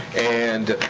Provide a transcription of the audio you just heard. and